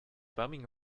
bumming